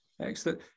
Excellent